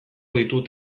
ditut